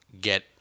get